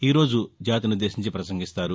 ఈరోజు జాతినుద్దేశించి ప్రసంగిస్తారు